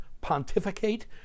pontificate